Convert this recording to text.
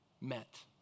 met